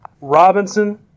Robinson